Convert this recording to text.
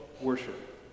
worship